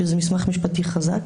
שזה מסמך משפטי חזק,